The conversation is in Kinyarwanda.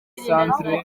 centre